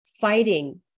fighting